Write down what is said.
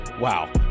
wow